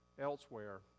elsewhere